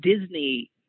Disney